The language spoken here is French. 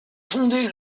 fondé